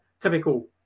typical